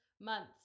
months